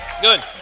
Good